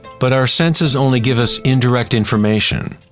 but our senses only give us indirect information.